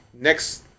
next